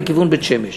לכיוון בית-שמש.